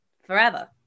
forever